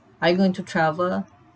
are you going to travel